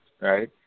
right